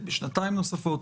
1.6 מיליארד האוצר לקח